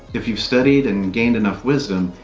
if you've studied and gained enough wisdom,